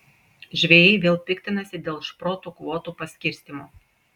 žvejai vėl piktinasi dėl šprotų kvotų paskirstymo